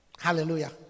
Hallelujah